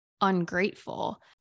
ungrateful